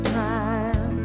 time